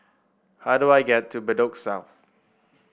how do I get to Bedok South